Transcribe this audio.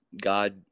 God